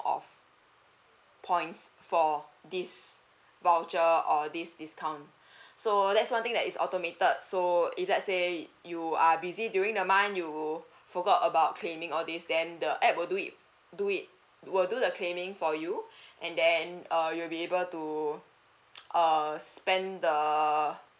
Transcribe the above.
of points for this voucher or this discount so that's one thing that is automated so if let's say you are busy during the month you forgot about claiming all these then the app will do it do it will do the claiming for you and then uh you will be able to err spend the